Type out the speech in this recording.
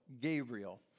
Gabriel